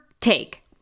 take